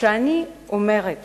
שאני אומרת